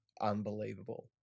unbelievable